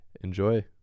Enjoy